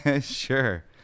Sure